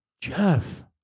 Jeff